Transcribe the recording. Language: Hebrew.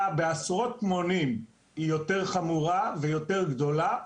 בעשרות מונים היא יותר חמורה ויותר גדולה,